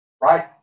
right